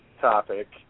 topic